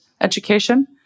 education